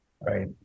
Right